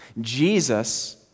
Jesus